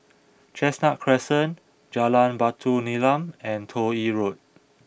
Chestnut Crescent Jalan Batu Nilam and Toh Yi Road